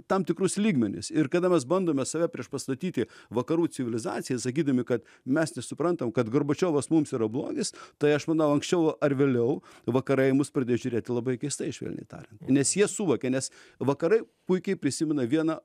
tam tikrus lygmenis ir kada mes bandome save priešpastatyti vakarų civilizacijai sakydami kad mes tik suprantam kad gorbačiovas mums yra blogis tai aš manau anksčiau ar vėliau vakarai į mus pradės žiūrėti labai keistai švelniai tariant nes jie suvokė nes vakarai puikiai prisimena vieną